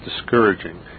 discouraging